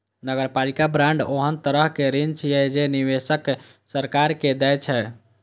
नगरपालिका बांड ओहन तरहक ऋण छियै, जे निवेशक सरकार के दै छै